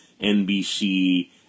NBC